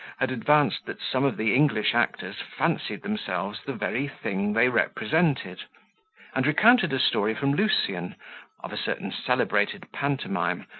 had advanced that some of the english actors fancied themselves the very thing they represented and recounted a story from lucian, of a certain celebrated pantomime,